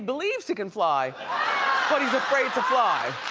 believes he can fly, but he's afraid to fly.